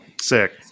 Sick